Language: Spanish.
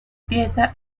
pieza